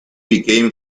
became